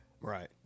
Right